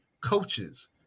coaches